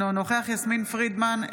אינו נוכח יסמין פרידמן,